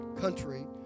country